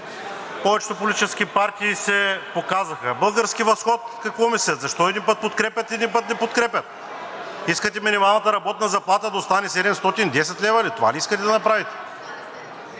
Повечето политически партии се показаха. „Български възход“ какво мислят? Защо един път подкрепят, един път не подкрепят? Искате минималната работна заплата да остане 710 лв. ли, това ли искате да направите?